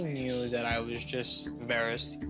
knew that i was just embarrassed,